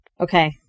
Okay